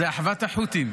זה אחוות החות'ים.